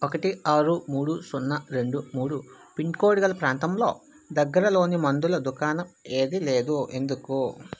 ఒకటి ఆరు మూడు సున్నా రెండు మూడు పిన్కోడ్ గల ప్రాంతంలో దగ్గరలోని మందుల దుకాణం ఏదీ లేదు ఎందుకు